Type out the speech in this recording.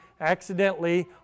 accidentally